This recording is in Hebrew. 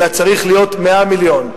אלא צריך להיות 100 מיליון.